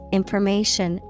information